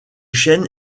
chênes